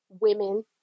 women